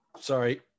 Sorry